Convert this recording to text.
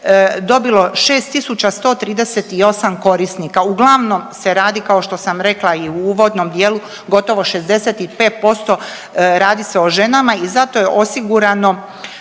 dobilo 6.138 korisnika. Uglavnom se radi kao što sam rekla i u uvodnom dijelu gotovo 65% radi se o ženama i za to je osigurano